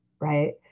right